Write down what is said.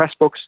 Pressbooks